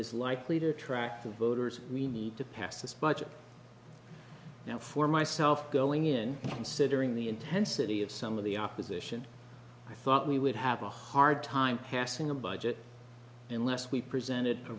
is likely to attract the voters we need to pass this budget now for myself going in considering the intensity of some of the opposition i thought we would have a hard time passing a budget unless we presented